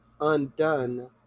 undone